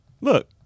Look